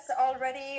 already